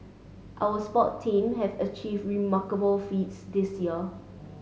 our sport team have achieved remarkable feats this year